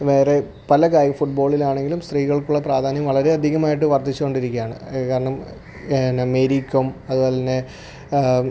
വേറെ പല കായ് ഫുട്ബോളിലാണെങ്കിലും സ്ത്രീകൾക്കുള്ള പ്രാധാന്യം വളരെ അധികമായിട്ടു വർദ്ധിച്ചു കൊണ്ടിരിയ്ക്കാണ് കാരണം എന്നാൽ മേരീ ക്കം അതുപോലെ തന്നെ